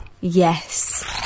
yes